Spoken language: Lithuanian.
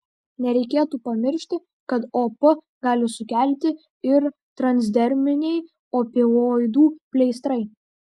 nereikėtų pamiršti kad op gali sukelti ir transderminiai opioidų pleistrai